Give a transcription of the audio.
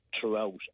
throughout